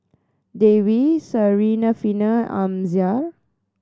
Dwi Syarafina Amsyar